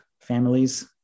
families